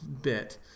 bit